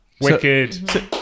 Wicked